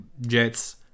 jets